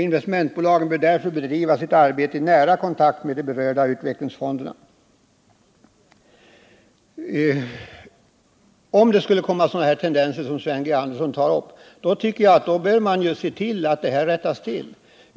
Investmentbolagen bör därför bedriva sitt arbete i nära kontakt med de berörda utvecklingsfonderna.” Om sådana tendenser skulle visa sig som Sven G. Andersson talar om, bör man se till att de motverkas.